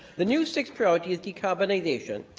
the new, sixth priority is decarbonisation.